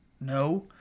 No